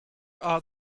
are